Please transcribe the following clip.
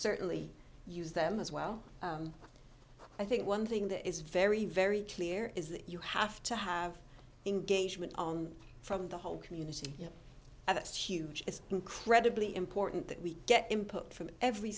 certainly use them as well i think one thing that is very very clear is that you have to have engaged with on from the whole community that's huge it's incredibly important that we get input from every